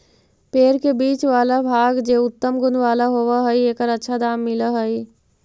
पेड़ के बीच वाला भाग जे उत्तम गुण वाला होवऽ हई, एकर अच्छा दाम मिलऽ हई